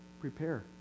prepare